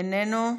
איננו.